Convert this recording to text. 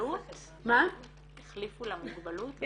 החליפו לה מוגבלות?